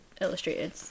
illustrated